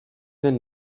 den